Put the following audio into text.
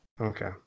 okay